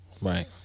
Right